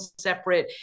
separate